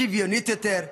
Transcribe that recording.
שוויונית יותר,